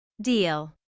Deal